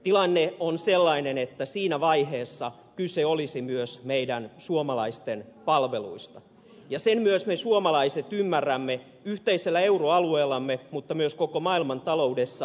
tilanne on sellainen että siinä vaiheessa kyse olisi myös meidän suomalaisten palveluista ja sen myös me suomalaiset ymmärrämme yhteisellä euroalueellamme mutta myös koko maailmantaloudessa